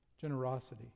generosity